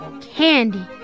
candy